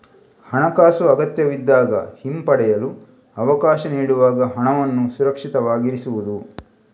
ಹಣಾಕಾಸು ಅಗತ್ಯವಿದ್ದಾಗ ಹಿಂಪಡೆಯಲು ಅವಕಾಶ ನೀಡುವಾಗ ಹಣವನ್ನು ಸುರಕ್ಷಿತವಾಗಿರಿಸುವುದು